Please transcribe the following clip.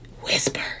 whisper